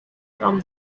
from